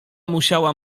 musiała